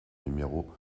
numéro